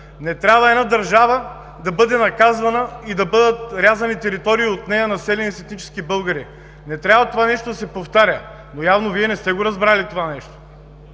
Не трябва една държава да бъде наказвана и да бъдат рязани територии от нея, населени с етнически българи. Това нещо не трябва да се повтаря, но явно Вие не сте разбрали това нещо.